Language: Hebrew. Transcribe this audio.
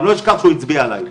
אני לא אשכח שהוא הצביע עליי.